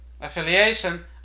affiliation